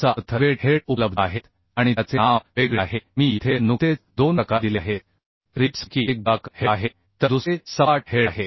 याचा अर्थ rivet head उपलब्ध आहेत आणि त्याचे नाव वेगळे आहे मी येथे नुकतेच दोन प्रकार दिले आहेत रिवेट्सपैकी एक गोलाकर हेड आहे तर दुसरे सपाट हेड आहे